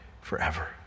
forever